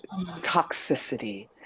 toxicity